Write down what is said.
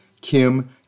Kim